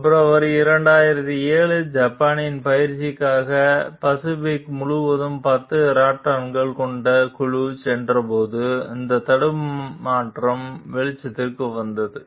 பிப்ரவரி 2007 இல் ஜப்பானில் பயிற்சிகளுக்காக பசிபிக் முழுவதும் 10 ராப்டர்கள் கொண்ட குழு சென்றபோது இந்த தடுமாற்றம் வெளிச்சத்திற்கு வந்தது